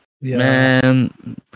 Man